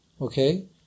okay